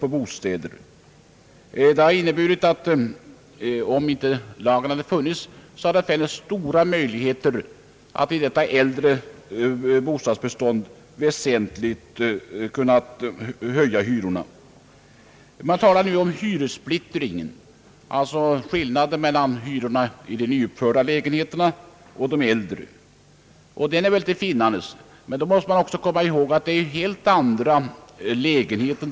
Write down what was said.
Om hyresregleringslagen inte hade funnits hade väsentliga hyreshöjningar kunnat genomföras i det äldre bostadsbeståndet. Man talar nu om hyressplittringen, alltså skillnaden mellan hyrorna i nyuppförda lägenheter och äldre. Denna skillnad existerar verkligen. Men då måste man också komma ihåg att det gäller skilda slag av lägenheter.